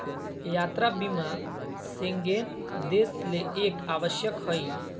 यात्रा बीमा शेंगेन देश ले एक आवश्यक हइ